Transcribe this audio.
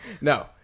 No